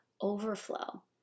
overflow